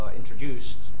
introduced